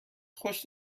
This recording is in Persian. خوش